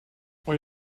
und